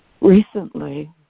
Recently